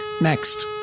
next